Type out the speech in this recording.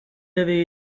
avez